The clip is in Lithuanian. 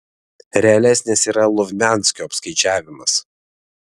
realesnis yra lovmianskio apskaičiavimas